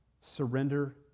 Surrender